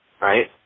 Right